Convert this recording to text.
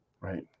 right